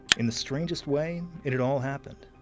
in the strangest way, it had all happened.